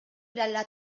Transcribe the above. dalla